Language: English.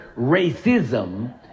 racism